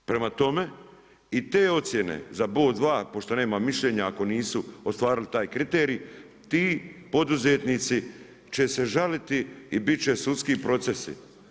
Prema tome i te ocjene za bod, dva, pošto nema mišljenja ako nisu ostvarili taj kriterij ti poduzetnici će se žaliti i biti će sudski procesi.